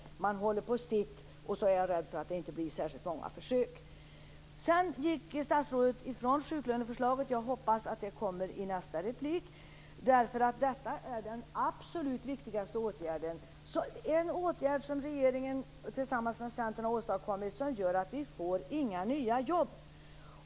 Var och en håller på sitt, och då är jag rädd för att det inte blir särskilt många försök. Statsrådet gick ifrån frågan om sjuklöneförslaget, men jag hoppas att den frågan kommer upp i nästa inlägg. Det här är ju den absolut viktigaste åtgärden, en åtgärd som regeringen och Centern tillsammans har åstadkommit och som gör att det inte blir några nya jobb.